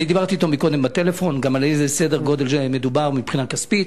אני דיברתי אתו קודם בטלפון גם על איזה סדר-גודל מדובר מבחינה כספית.